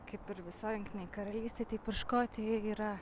kaip ir visoj jungtinėj karalystėj taip ir škotijoj yra